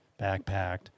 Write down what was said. backpacked